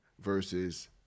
versus